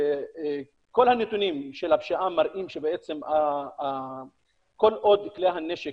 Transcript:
כל הנתונים של הפשיעה מראים שכל עוד כלי הנשק